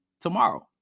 tomorrow